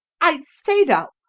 i say now,